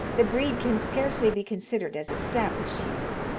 the breed can scarcely be considered as established here.